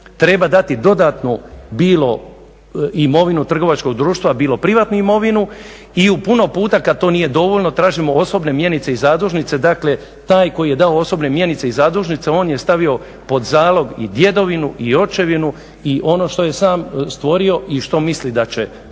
treba dati dodatnu bilo imovinu trgovačkog društva, bilo privatnu imovinu i u puno puta kad to nije dovoljno tražimo osobne mjenice i zadužnice, dakle taj koji je dao osobne mjenice i zadužnice on je stavio pod zalog i djedovinu i očevinu i ono što je sam stvorio i što misli da će stvorit